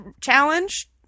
challenge